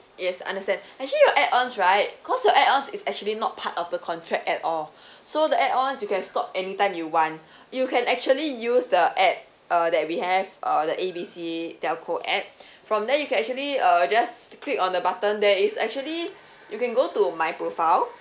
yes understand actually your add-ons right cause your add-ons is actually not part of the contract at all so the add-ons you can stop anytime you want you can actually use the app uh that we have uh the A B C telco app from there you can actually uh just click on the button there it's actually you can go to my profile